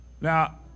Now